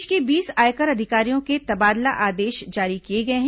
प्रदेश के बीस आयकर अधिकारियों के तबादला आदेश जारी किए गए हैं